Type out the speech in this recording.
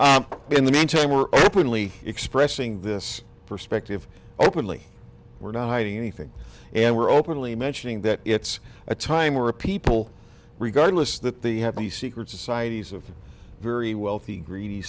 in the meantime we're only expressing this perspective openly we're not hiding anything and we're openly mentioning that it's a time where people regardless that they have the secret societies of very wealthy greedy